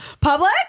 Public